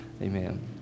amen